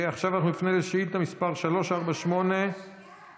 עכשיו נפנה לשאילתה מס' 348. שנייה,